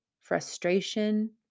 frustration